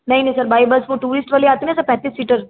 नहीं नहीं sir by bus वो टूरिस्ट वाली आती है ना सर पैंतीस सीटर